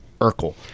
Urkel